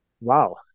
Wow